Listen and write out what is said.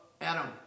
Adam